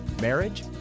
marriage